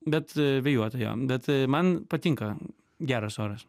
bet vėjuota jo bet man patinka geras oras